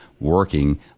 working